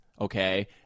okay